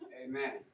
Amen